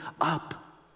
up